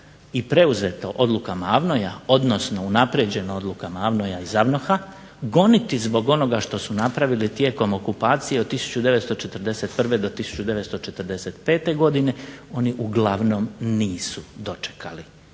i preuzeto odlukama AVNOJ-a odnosno unaprijeđeno odlukama AVNOJ-a i ZAVNOH-a, goniti zbog onoga što su napravili tijekom okupacije od 1941. do 1945. godine, oni uglavnom nisu dočekali